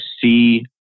see